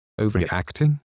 overreacting